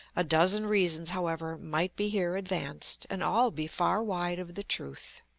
a dozen reasons, however, might be here advanced, and all be far wide of the truth.